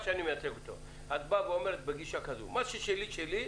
את באה בגישה כזאת מה ששלי שלי.